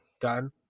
done